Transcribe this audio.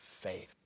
faith